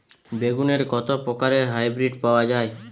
বেগুনের কত প্রকারের হাইব্রীড পাওয়া যায়?